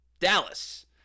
Dallas